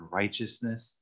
righteousness